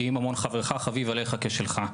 המשנה "יהי ממון חברך חביב עליך כשלך".